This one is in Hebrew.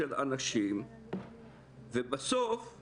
כשאתה בודק אותם,